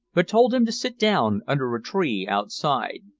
but told him to sit down under a tree outside.